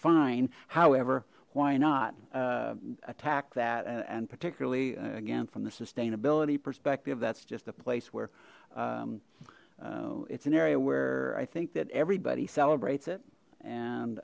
fine however why not attack that and particularly again from the sustainability perspective that's just a place where it's an area where i think that everybody celebrates it and